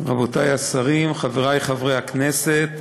רבותי השרים, חברי חברי הכנסת,